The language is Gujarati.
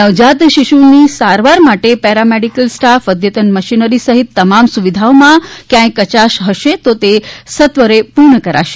નવજાત શીશુની સારવાર માટે પેરામેડિકલ સ્ટાફ અદ્યતન મશીનરી સહિતની તમામ સુવિધાઓમાં ક્યાંય કચાશ હશે તો સત્વરે પૂર્ણ કરાશે